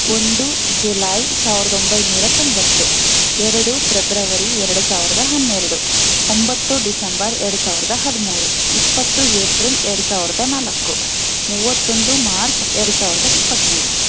ಒಂದು ಜುಲೈ ಸಾವಿರದ ಒಂಬೈನೂರ ತೊಂಬತ್ತು ಎರಡು ಪ್ರೆಬ್ರವರಿ ಎರಡು ಸಾವಿರದ ಹನ್ನೆರಡು ಒಂಬತ್ತು ಡಿಸಂಬರ್ ಎರಡು ಸಾವಿರದ ಹದಿಮೂರು ಇಪ್ಪತ್ತು ಏಪ್ರಿಲ್ ಎರಡು ಸಾವಿರದ ನಾಲ್ಕು ಮೂವತ್ತೊಂದು ಮಾರ್ಚ್ ಎರಡು ಸಾವಿರದ ಇಪ್ಪತ್ತ್ಮೂರು